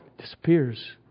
Disappears